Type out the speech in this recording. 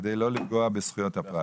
כדי לא לפגוע בזכויות הפרט.